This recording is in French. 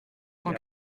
cent